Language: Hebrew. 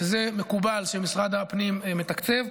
שזה מקובל שמשרד הפנים מתקצב.